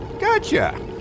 Gotcha